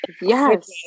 Yes